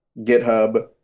GitHub